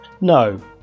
No